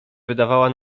wydawała